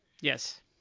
Yes